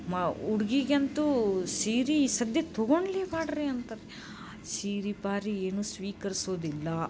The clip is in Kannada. ಮ ಹುಡ್ಗೀಗಂತೂ ಸೀರೆ ಸಧ್ಯಕ್ ತಗೊಳ್ಳಲೇ ಬೇಡ್ರಿ ಅಂತಾರೆ ಸೀರೆ ಪಾರಿ ಏನೂ ಸ್ವೀಕರಿಸೋದಿಲ್ಲ